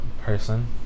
person